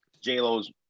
J-Lo's